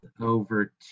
over